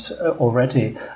already